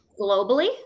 globally